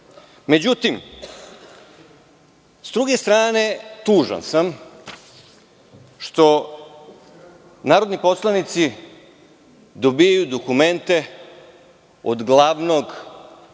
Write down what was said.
odlično.Međutim, s druge strane, tužan sam što narodni poslanici dobijaju dokumente od glavnog